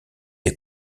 des